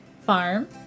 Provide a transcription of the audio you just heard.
Farm